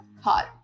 Hot